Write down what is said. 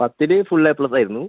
പത്തില് full A plus ആയിരുന്നു